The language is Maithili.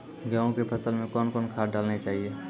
गेहूँ के फसल मे कौन कौन खाद डालने चाहिए?